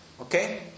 Okay